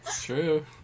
true